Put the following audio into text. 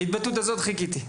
תודה, להתבטאות הזאת חיכיתי.